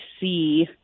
see